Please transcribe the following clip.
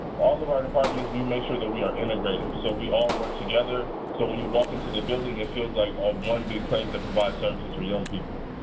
all of our departments, and we make sure that we are integrative, so we all work together. so when you walk into the building it feels like all one big place that provides services for young people.